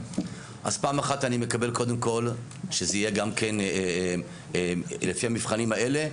אז פעם אחת אני מקבל קודם כל שזה יהיה גם כן לפי המבחנים האלה,